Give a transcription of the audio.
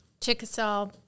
Chickasaw